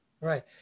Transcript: Right